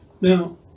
Now